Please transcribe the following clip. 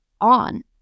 on